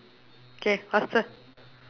K faster